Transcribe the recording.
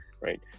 Right